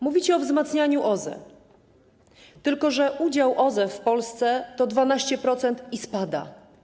Mówicie o wzmacnianiu OZE, tylko że udział OZE w Polsce to 12% i ten udział spada.